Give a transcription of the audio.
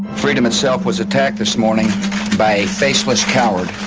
freedom itself was attacked this morning by a faceless coward.